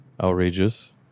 outrageous